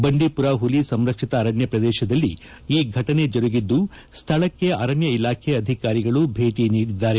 ಬಂಡೀಪುರ ಪುಲಿ ಸಂರಕ್ಷಿತ ಅರಣ್ಯ ಪ್ರದೇಶದಲ್ಲಿ ಈ ಘಟನೆ ಜರುಗಿದ್ದು ಸ್ಪಳಕ್ಕೆ ಅರಣ್ಯ ಇಲಾಖೆ ಅಧಿಕಾರಿಗಳು ಭೇಟಿ ನೀಡಿದ್ದಾರೆ